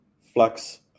flux